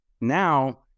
Now